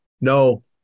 No